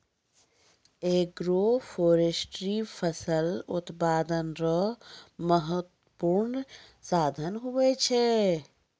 agroforestry फसल उत्पादन रो महत्वपूर्ण साधन हुवै छै